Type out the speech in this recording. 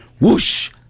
Whoosh